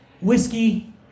whiskey